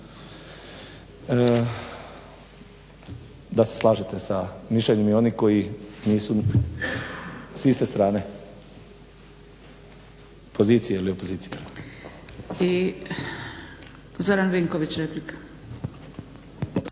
da se slažete sa mišljenjem i onih koji nisu s iste strane pozicije ili opozicije.